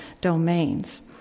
domains